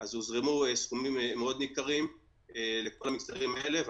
הוזרמו סכומים ניכרים לכל המגזרים האלו,